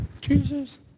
Jesus